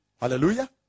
Hallelujah